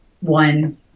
One